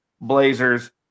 Blazers